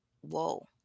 Whoa